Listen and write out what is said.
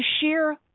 sheer